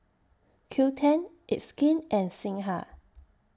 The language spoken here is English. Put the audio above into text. Qoo ten It's Skin and Singha